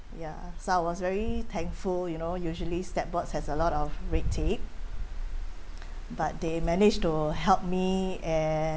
ya so I was very thankful you know usually state boards have a lot of red tape but they managed to help me and